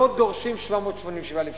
לא דורשים 778,000 שקל.